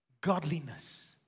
godliness